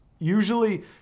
Usually